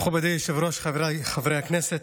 מכובדי היושב-ראש, חבריי חברי הכנסת,